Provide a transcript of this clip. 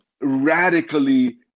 radically